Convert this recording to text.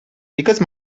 because